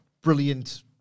brilliant